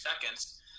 seconds